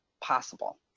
possible